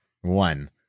One